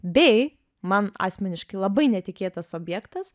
bei man asmeniškai labai netikėtas objektas